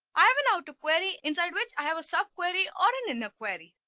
i have an outer query inside which i have a sub query or an inner query.